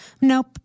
nope